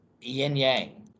yin-yang